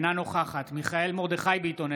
אינה נוכחת מיכאל מרדכי ביטון,